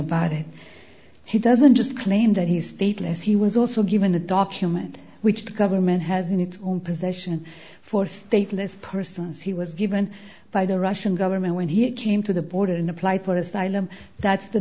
it he doesn't just claim that he stateless he was also given a document which the government has in its own possession for stateless persons he was given by the russian government when he came to the border and apply for asylum that's the